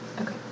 Okay